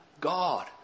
God